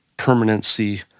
Permanency